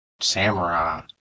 samurai